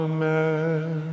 Amen